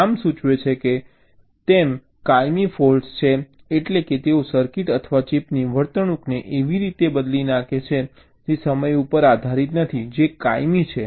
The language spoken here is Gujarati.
નામ સૂચવે છે તેમ કાયમી ફૉલ્ટ્સ છે એટલે કે તેઓ સર્કિટ અથવા ચિપની વર્તણૂકને એવી રીતે બદલી નાખે છે જે સમય ઉપર આધારિત નથી જે કાયમી છે